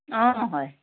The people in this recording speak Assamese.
অঁ হয়